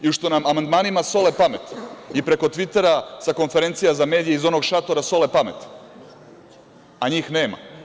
Ili što nam amandmanima sole pamet i preko „Tvitera“ sa konferencije za medije, iz onog šatora, sole pamet, a njih nema?